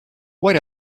what